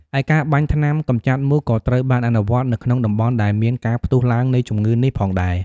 ឯការបាញ់ថ្នាំកម្ចាត់មូសក៏ត្រូវបានអនុវត្តនៅក្នុងតំបន់ដែលមានការផ្ទុះឡើងនៃជំងឺនេះផងដែរ។